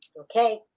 Okay